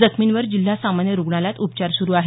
जखमींवर जिल्हा सामान्य रुग्णालयात उपचार सुरु आहेत